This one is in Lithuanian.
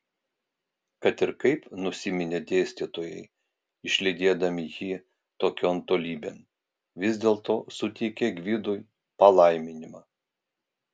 kad ir kaip nusiminė dėstytojai išlydėdami jį tokion tolybėn vis dėlto suteikė gvidui palaiminimą